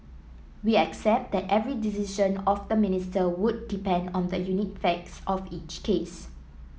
we accept that every decision of the Minister would depend on the unique facts of each case